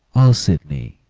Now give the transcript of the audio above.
oh, sydney!